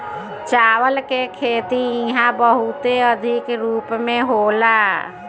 चावल के खेती इहा बहुते अधिका रूप में होला